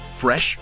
fresh